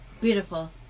Beautiful